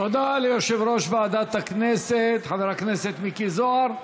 תודה ליושב-ראש ועדת הכנסת חבר הכנסת מיקי זוהר.